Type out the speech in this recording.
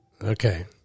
okay